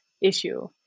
issue